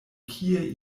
kie